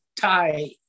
tie